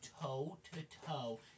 toe-to-toe